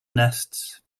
nests